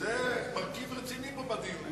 זה מרכיב רציני פה בדיון, לשכנע.